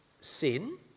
sin